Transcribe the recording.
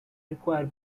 require